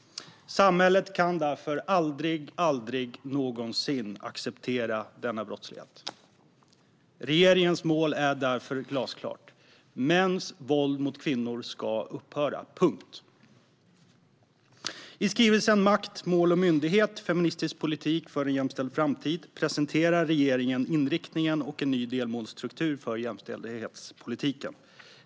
Samhället kan därför aldrig någonsin acceptera denna brottslighet. Regeringens mål är därför glasklart: Mäns våld mot kvinnor ska upphöra. Punkt. I skrivelsen Makt, mål och myndighet - feministisk politik för en jämställd framtid presenterar regeringen inriktningen och en ny delmålsstruktur för jämställdhetspolitiken.